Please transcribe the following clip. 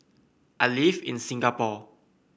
I live in Singapore